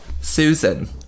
susan